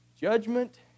Judgment